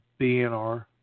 BNR